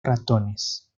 ratones